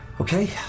Okay